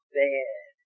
bad